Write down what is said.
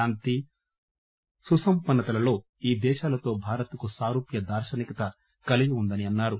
శాంతి సుసంపన్నతలలో ఈ దేశాలతో భారత్ కు సారూప్య దార్పనికత కలిగి ఉందని అన్నారు